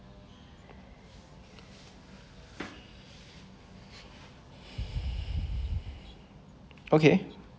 okay